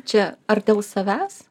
čia ar dėl savęs